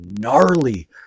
gnarly